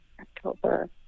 October